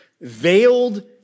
Veiled